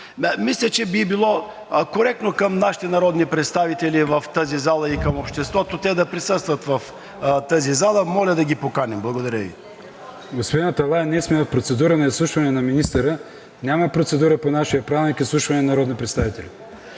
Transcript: Мисля, че би било коректно към нашите народни представители и към обществото те да присъстват в залата. Моля да ги поканим. Благодаря Ви. ПРЕДСЕДАТЕЛ АТАНАС АТАНАСОВ: Господин Аталай, ние сме в процедура на изслушване на министъра. Няма процедура по нашия правилник – изслушване на народни представители.